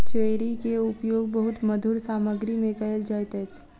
cherry के उपयोग बहुत मधुर सामग्री में कयल जाइत अछि